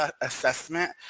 assessment